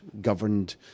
governed